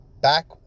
back